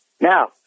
Now